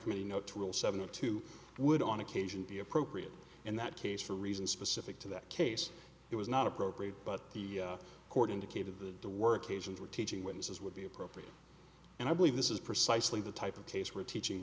committee no to rule seventy two would on occasion be appropriate in that case for reasons specific to that case it was not appropriate but the court indicated that the work asians were teaching witnesses would be appropriate and i believe this is precisely the type of case where teaching